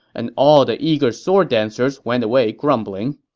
and all the eager sword dancers went away grumbling.